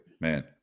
man